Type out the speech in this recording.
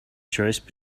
choice